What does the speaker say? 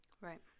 right